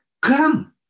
Come